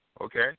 okay